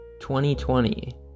2020